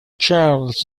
charles